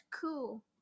cool